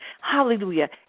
hallelujah